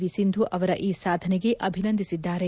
V Sindhu ಅವರ ಈ ಸಾಧನೆಗೆ ಅಭಿನಂದಿಸಿದ್ದಾರೆ